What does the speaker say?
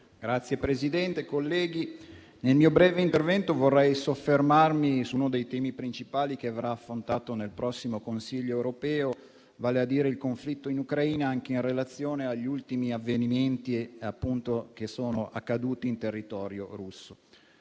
Signor Presidente, colleghi, nel mio breve intervento vorrei soffermarmi su uno dei temi principali che verrà affrontato nel prossimo Consiglio europeo, vale a dire il conflitto in Ucraina, anche in relazione agli ultimi avvenimenti che sono accaduti in territorio russo.